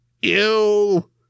ew